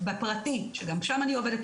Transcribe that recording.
בפרטי שגם שם אני עובדת,